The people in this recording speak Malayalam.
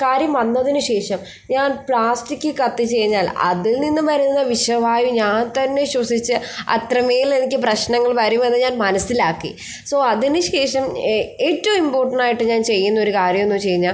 കാര്യം വന്നതിന് ശേഷം ഞാൻ പ്ലാസ്റ്റിക്ക് കത്തിച്ച് കഴിഞ്ഞാൽ അതിൽനിന്നും വരുന്ന വിഷവായു ഞാൻ തന്നെ ശ്വസിച്ച് അത്രമേൽ എനിക്ക് പ്രശ്നങ്ങൾ വരുമെന്ന് ഞാൻ മനസ്സിലാക്കി സൊ അതിന്ശേഷം ഏറ്റവും ഇമ്പോർട്ടൻ്റ് ആയിട്ട് ഞാൻ ചെയ്യുന്നൊരു കാര്യമെന്ന് വച്ച് കഴിഞ്ഞാൽ